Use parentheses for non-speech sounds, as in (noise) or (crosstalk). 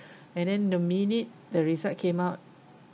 (breath) and then the minute the result came out